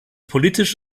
politisch